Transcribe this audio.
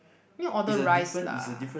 you need to order rice lah